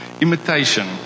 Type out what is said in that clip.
Imitation